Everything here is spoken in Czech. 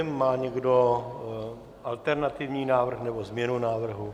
Má někdo alternativní návrh nebo změnu návrhu?